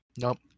nope